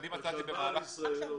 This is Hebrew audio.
אני עליתי ב-2013,